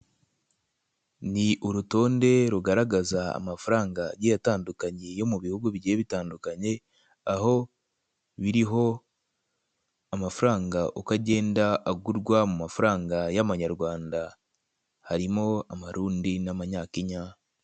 Ni irutonde rugaragaza amafaranga agiye atandukanye yo mu bihugu bigiye bitandukanye, aho biriho amafaranga uko agenda agurwa mu mafaranga y'Amanyarwanda. Harimo Amarundi n'Amanyakenya.